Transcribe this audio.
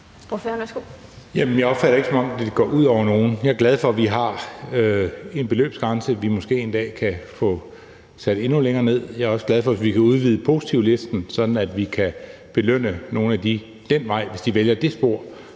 jeg opfatter det ikke, som om det går ud over nogen. Jeg er glad for, at vi har en beløbsgrænse, vi måske en dag kan få sat endnu længere ned. Jeg er også glad for det, hvis vi kan udvide positivlisten, sådan at vi kan belønne nogle ad den vej, hvis de vælger det spor,